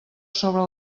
sobre